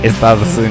Estados